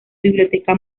biblioteca